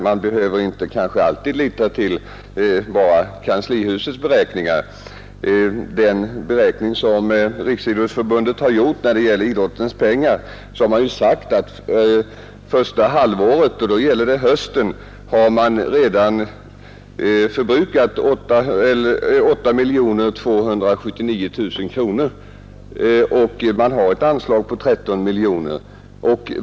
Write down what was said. Man behöver kanske inte alltid lita till kanslihusets beräkningar. Enligt den beräkning som Riksidrottsförbundet har gjort när det gäller medlen till idrotten har redan under första halvåret — och det gäller hösten — förbrukats 8 279 000 kronor. Anslaget är på 13 miljoner kronor.